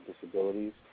disabilities